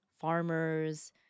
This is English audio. farmers